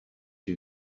you